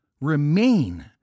remain